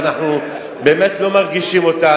ואנחנו באמת לא מרגישים אותה.